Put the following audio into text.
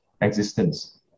existence